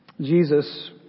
Jesus